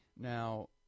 Now